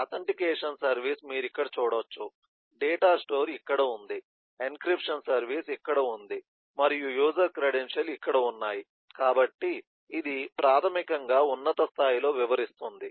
authentication service మీరు ఇక్కడ చూడవచ్చు డేటా స్టోర్ ఇక్కడ ఉంది ఎన్క్రిప్షన్ సర్వీస్ ఇక్కడ ఉంది మరియు యూజర్ క్రెడెన్టియాల్ ఇక్కడ ఉన్నాయి కాబట్టి ఇది ప్రాథమికంగా ఉన్నత స్థాయిలో వివరిస్తుంది